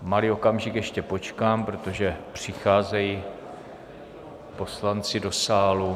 Malý okamžik ještě počkám, protože přicházejí poslanci do sálu.